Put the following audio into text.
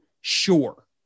sure